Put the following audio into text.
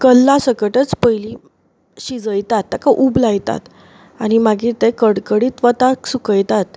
कल्लां सकटच पयलीं शिजयतात ताका उब लायतात आनी मागीर ते कडकडीत वताक सुकयतात